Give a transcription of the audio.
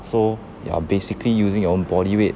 so you're basically using your own body weight